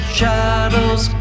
shadows